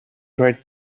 right